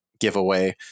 giveaway